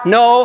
no